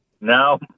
No